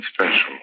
Special